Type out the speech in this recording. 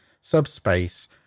subspace